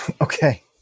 Okay